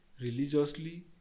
religiously